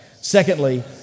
Secondly